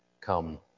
come